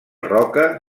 roca